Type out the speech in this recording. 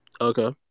okay